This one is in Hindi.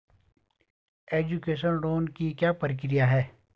एजुकेशन लोन की क्या प्रक्रिया है?